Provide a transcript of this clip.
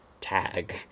Tag